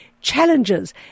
challenges